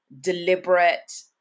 deliberate